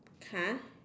!huh!